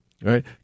Right